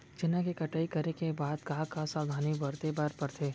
चना के कटाई करे के बाद का का सावधानी बरते बर परथे?